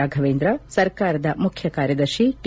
ರಾಫವೇಂದ್ರ ಸರ್ಕಾರದ ಮುಖ್ಯಕಾರ್ಯದರ್ಶಿ ಟಿ